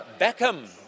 Beckham